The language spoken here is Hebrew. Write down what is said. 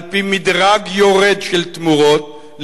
על-פי מדרג יורד של תמורות,